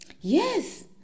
Yes